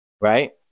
right